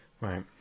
Right